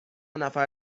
نفر